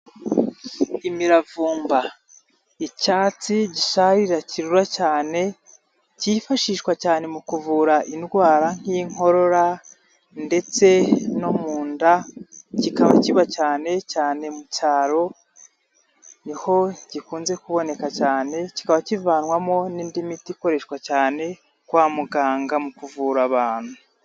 Imiravumba icyatsi gisharira kirura cyane kifashishwa cyane mu kuvura indwara nk'inkorora ndetse no mu nda, kikaba kiba cyane cyane mu cyaro ni ho gikunze kuboneka cyane, kikaba kivanwamo n'indi miti ikoreshwa cyane kwa muganga mu kuvura abantu.